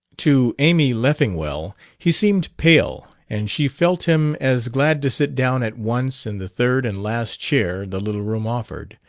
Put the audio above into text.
to amy leffingwell he seemed pale, and she felt him as glad to sit down at once in the third and last chair the little room offered.